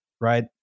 Right